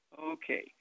Okay